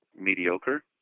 mediocre